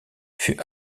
fut